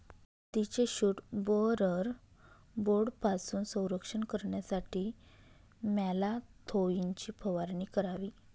हळदीचे shoot borer बोर्डपासून संरक्षण करण्यासाठी मॅलाथोईनची फवारणी करावी